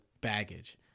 baggage